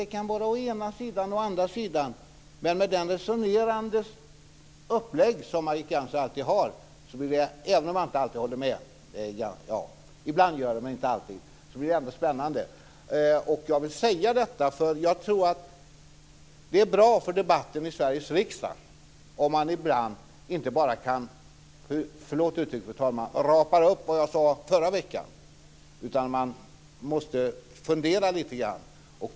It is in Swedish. Det kan vara å ena sidan, å andra sidan. Men med det resonerande upplägg som Margit Gennser alltid har blir det, även om jag inte alltid håller med - ibland gör jag det men inte alltid - ändå alltid spännande. Jag vill säga detta, för jag tror att det är bra för debatten i Sveriges riksdag om man ibland inte bara, ursäkta uttrycket, fru talman, rapar upp det man sade förra veckan. Man måste fundera lite grann.